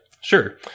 Sure